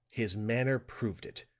his manner proved it.